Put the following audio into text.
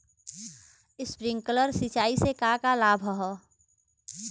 Sprinkler सिंचाई से का का लाभ ह?